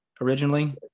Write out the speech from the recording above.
originally